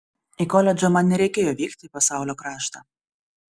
į koledžą man nereikėjo vykti į pasaulio kraštą